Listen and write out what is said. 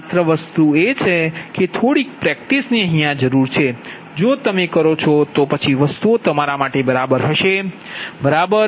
માત્ર વસ્તુ એ છે કે થોડીક પ્રેક્ટિસ જો તમે કરો છો તો પછી વસ્તુઓ તમારા માટે બરાબર હશે બરાબર